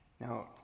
Now